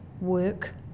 work